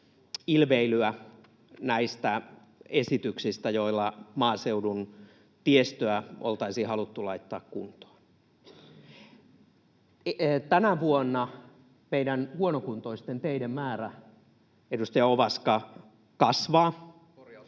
ilveilyä näistä esityksistä, joilla maaseudun tiestöä oltaisiin haluttu laittaa kuntoon. Tänä vuonna meidän huonokuntoisten teiden määrä, edustaja Ovaska, kasvaa.